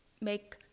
make